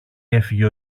έφυγε